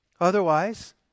Otherwise